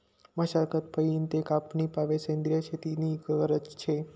मशागत पयीन ते कापनी पावोत सेंद्रिय शेती नी गरज शे